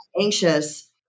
anxious